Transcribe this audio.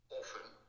often